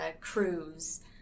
cruise